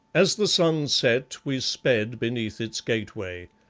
as the sun set we sped beneath its gateway.